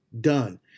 done